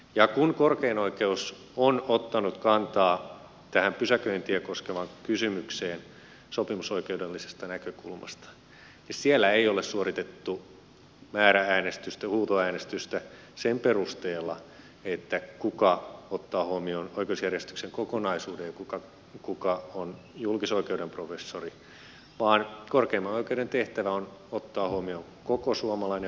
ja kun korkein oikeus on ottanut kantaa tähän pysäköintiä koskevaan kysymykseen sopimusoikeudellisesta näkökulmasta niin siellä ei ole suoritettu määrä äänestystä huutoäänestystä sen perusteella kuka ottaa huomioon oikeusjärjestyksen kokonaisuuden ja kuka on julkisoikeuden professori vaan korkeimman oikeuden tehtävä on ottaa huomioon koko suomalainen oikeusjärjestelmä